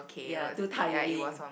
ya too tiring